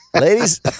Ladies